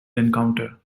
encounter